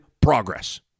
progress